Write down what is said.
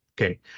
okay